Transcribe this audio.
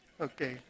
Okay